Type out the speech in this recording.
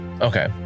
Okay